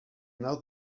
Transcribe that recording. now